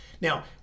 Now